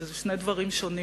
ואלה שני דברים שונים,